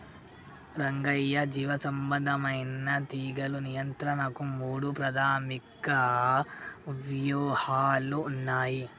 రంగయ్య జీవసంబంధమైన తీగలు నియంత్రణకు మూడు ప్రాధమిక వ్యూహాలు ఉన్నయి